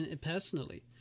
personally